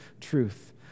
truth